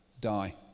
die